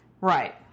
Right